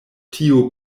tiu